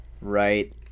right